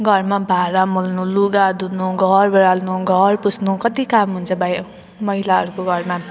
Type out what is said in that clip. घरमा भाँडा मोल्नु लुगा धुनु घर बडार्नु घर पुछ्नु कति काम हुन्छ बाहिर महिलाहरूको घरमा